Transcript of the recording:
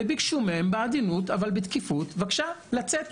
וביקשו מן הנשים בעדינות אבל בתקיפות: בבקשה לצאת,